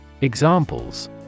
Examples